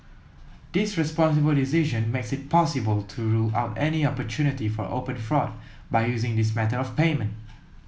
this responsible decision makes it possible to rule out any opportunity for open fraud by using this method of payment